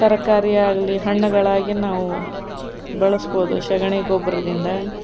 ತರಕಾರಿಯಾಗಲಿ ಹಣ್ಣುಗಳಾಗಿ ನಾವು ಬೆಳಸ್ಬೋದು ಸೆಗಣಿ ಗೊಬ್ಬರದಿಂದ